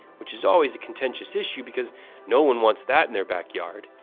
which is always a contentious issue because no one wants that in their backyard.